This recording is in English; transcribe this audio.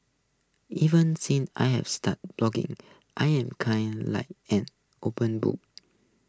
even since I've started blogging I'm kinda like an open book